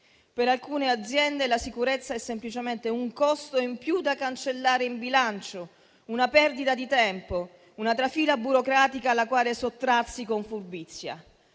Per alcune aziende la sicurezza è semplicemente un costo in più da cancellare in bilancio, una perdita di tempo, una trafila burocratica alla quale sottrarsi con furbizia.